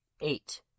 Eight